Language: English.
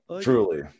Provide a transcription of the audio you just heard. truly